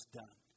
done